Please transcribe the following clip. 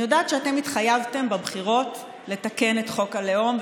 אני יודעת שאתם התחייבתם בבחירות לתקן את חוק הלאום,